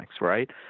right